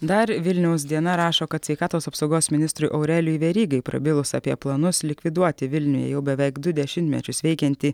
dar vilniaus diena rašo kad sveikatos apsaugos ministrui aurelijui verygai prabilus apie planus likviduoti vilniuje jau beveik du dešimtmečius veikiantį